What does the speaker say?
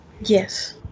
Yes